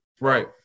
right